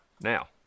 now